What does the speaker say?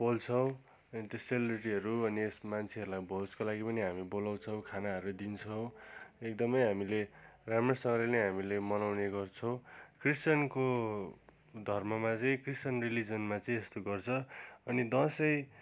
पोल्छौँ अनि त्यो सेलरोटीहरू अनि यस मान्छेहरूलाई भोजको लागि पनि हामी बोलाउँछौँ खानाहरू दिन्छौँ अनि एकदमै हामीले राम्रोसँगले नै हामीले मनाउने गर्छौँ क्रिस्चयनको धर्ममा चैँ क्रिस्चियन रिलिजनमा चाहिँ यस्तो गर्छ अनि दसैँ